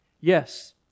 Yes